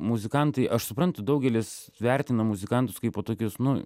muzikantai aš suprantu daugelis vertina muzikantus kaipo tokius nu